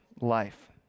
life